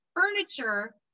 furniture